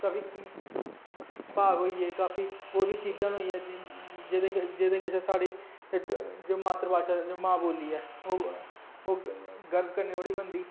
भाग होई गे काफी होर बी चीजां होइयां जेह्दे कशा साढ़ी मातृ भाशा मां बोल्ली ओह् गर्व करने जुगड़ी बनदी